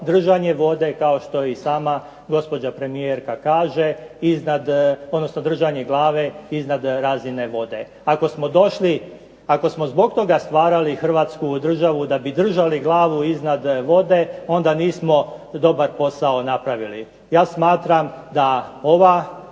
držanje vode kao što i sama gospođa premijerka kaže iznad, odnosno držanje glave iznad razine vode. Ako smo došli, ako smo zbog toga stvarali Hrvatsku državu, da bi držali glavu iznad vode onda nismo dobar posao napravili. Ja smatram da smo